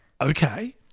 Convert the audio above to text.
Okay